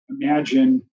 imagine